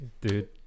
dude